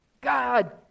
God